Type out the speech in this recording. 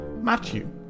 Matthew